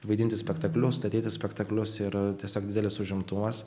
vaidinti spektaklius statyti spektaklius ir tiesiog didelis užimtumas